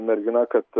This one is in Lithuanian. mergina kad